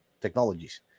technologies